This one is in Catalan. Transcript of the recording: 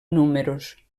números